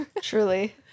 Truly